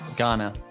Ghana